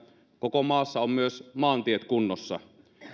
koko maassa ovat myös maantiet kunnossa